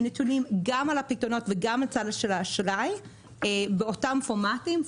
הם נתונים גם על הפיקדונות וגם על הצד של האשראי באותם פורמטים.